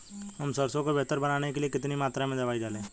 हम सरसों को बेहतर बनाने के लिए कितनी मात्रा में दवाई डालें?